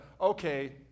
okay